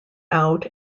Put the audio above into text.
out